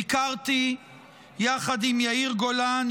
ביקרתי יחד עם יאיר גולן,